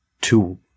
two